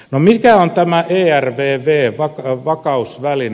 no mikä on tämä ervv vakausväline